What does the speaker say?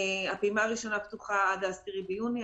הפעימה הראשונה פתוחה עד ה-10 ביוני,